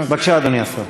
בבקשה, אדוני השר.